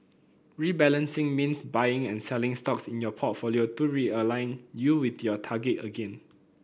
rebalancing means buying and selling stocks in your portfolio to realign you with your target again